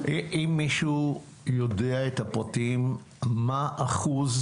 אם מישהו יודע את הפרטים, מה אחוז